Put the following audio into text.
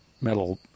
metal